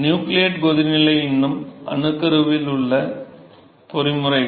nucleate கொதிநிலை இன்னும் அணுக்கருவில் உள்ள பொறிமுறைகள்